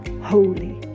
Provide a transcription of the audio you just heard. holy